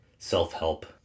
Self-help